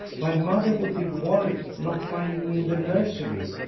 my mother would be worried not finding me in the nursery.